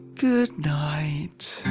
good night.